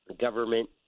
government